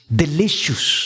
delicious